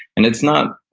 and it's not,